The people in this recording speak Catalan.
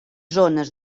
zones